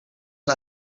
een